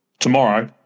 Tomorrow